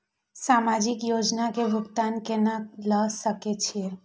समाजिक योजना के भुगतान केना ल सके छिऐ?